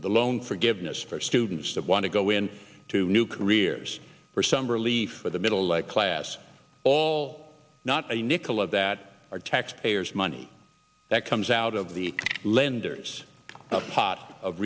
the loan forgiveness for students that want to go in to new careers for some relief for the middle like class all not a nickel of that are tax payers money that comes out of the lenders a pot of